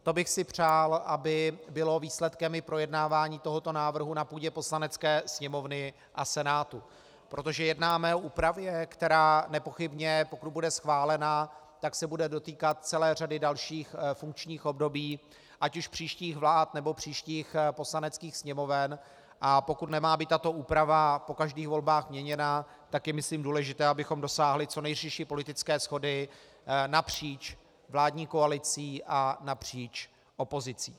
To bych si přál, aby bylo výsledkem i projednávání tohoto návrhu na půdě Poslanecké sněmovny a Senátu, protože jednáme o úpravě, která se nepochybně, pokud bude schválena, bude dotýkat celé řady dalších funkčních období ať už příštích vlád, nebo příštích Poslaneckých sněmoven, a pokud nemá být tato úprava po každých volbách měněna, tak je myslím důležité, abychom dosáhli co nejširší politické shody napříč vládní koalicí a napříč opozicí.